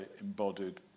embodied